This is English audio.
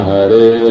Hare